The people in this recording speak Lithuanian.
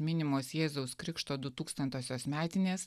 minimos jėzaus krikšto du tūkstantosios metinės